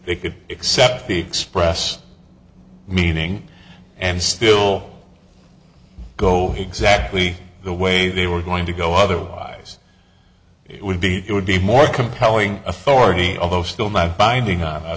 they could accept the express meaning and still go exactly the way they were going to go otherwise it would be it would be more compelling authority although still not binding